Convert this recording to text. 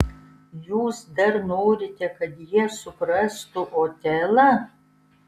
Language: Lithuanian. jūs dar norite kad jie suprastų otelą